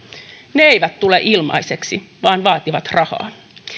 ne eivät tule ilmaiseksi vaan vaativat rahaa